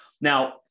Now